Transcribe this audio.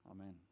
amen